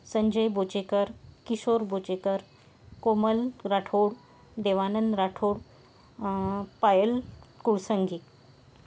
Sanjay Bochekar Kishor Bochekar Komal Rathod Devanand Rathod Payal Kosangi